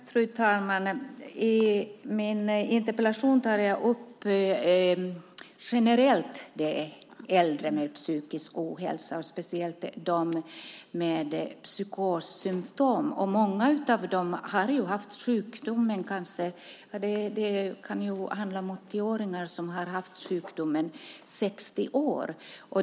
Fru talman! I min interpellation tar jag upp generellt de äldre med psykisk ohälsa och speciellt dem med psykossymtom. Det kan handla om 80-åringar som har haft sjukdomen i 60 år.